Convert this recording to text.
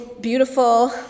beautiful